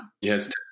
yes